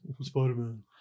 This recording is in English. Spider-Man